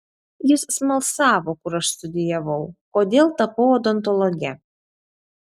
jis smalsavo kur aš studijavau kodėl tapau odontologe